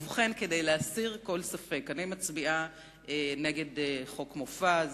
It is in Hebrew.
ובכן, כדי להסיר כל ספק, אני מצביעה נגד חוק מופז.